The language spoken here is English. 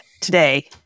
today